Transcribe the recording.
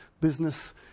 business